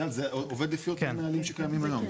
זה עובד לפי אותם נהלים שקיימים היום.